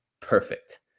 perfect